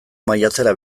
maiatzera